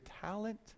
talent